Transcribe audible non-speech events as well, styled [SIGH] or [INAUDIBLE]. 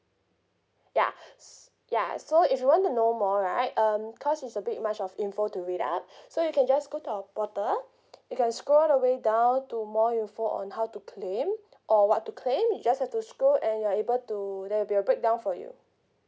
yeah [BREATH] yeah so if you want to know more right um cause it's a bit much of info to read up [BREATH] so you can just go to our portal you can scroll all the way down to more info on how to claim or what to claim you just have to scroll and you are able to there will be a breakdown for you